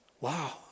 wow